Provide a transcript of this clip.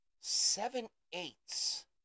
seven-eighths